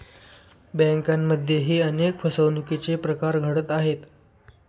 बँकांमध्येही अनेक फसवणुकीचे प्रकार घडत आहेत